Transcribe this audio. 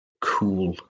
cool